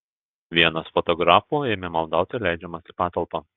vienas fotografų ėmė maldauti įleidžiamas į patalpą